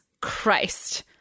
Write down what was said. Christ